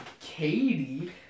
Katie